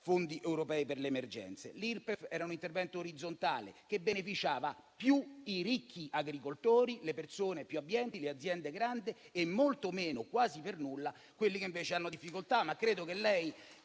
fondi europei per le emergenze. L'Irpef era un intervento orizzontale, che beneficiava di più i ricchi agricoltori, le persone più abbienti, le grandi aziende e molto meno o quasi per nulla quelli che invece hanno difficoltà.